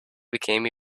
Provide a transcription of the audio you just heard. became